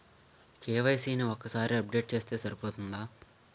KYC ని ఒక్కసారి update చేస్తే సరిపోతుందా?